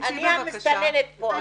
תצאי בבקשה.